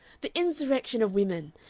the insurrection of women!